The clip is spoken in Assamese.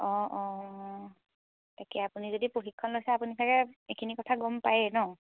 অঁ অঁ তাকে আপুনি যদি প্ৰশিক্ষণ লৈছে আপুনি তাকে এইখিনি কথা গম পায়েই ন